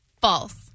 False